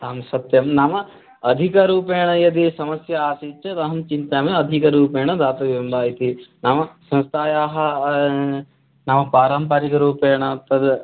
आम् सत्यं नाम अधिकरूपेण यदि समस्या अस्ति चेद् अहं चिन्तयामि अधिकरूपेण दातव्यं वा इति नाम संस्थायाः नाम पारम्परिकरूपेण तद्